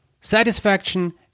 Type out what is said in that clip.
Satisfaction